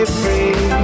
free